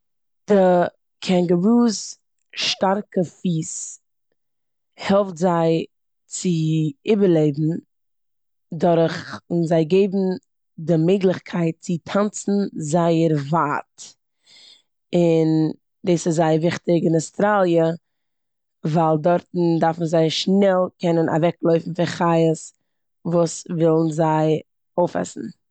די קענגערוס שטארקע פיס העלפט זיי צו איבערלעבן דורכן זיי געבן די מעגליכקייט צו טאנצן זייער ווייט און דאס איז זייער וויכטיג און אסטראליע ווייל דארטן דארן זיי שנעל קענען אוועקלויפן פון חיות וואס ווילן זיי אויפעסן.